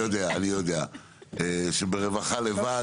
אני באה למה שאני אוהבת.